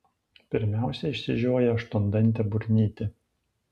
pirmiausia išsižioja aštuondantė burnytė